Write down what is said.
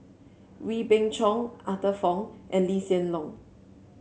Wee Beng Chong Arthur Fong and Lee Hsien Loong